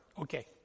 Okay